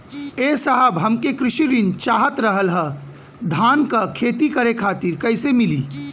ए साहब हमके कृषि ऋण चाहत रहल ह धान क खेती करे खातिर कईसे मीली?